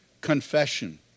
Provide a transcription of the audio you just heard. confession